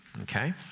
okay